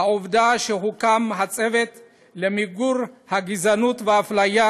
העובדה שהוקם הצוות למיגור הגזענות והאפליה,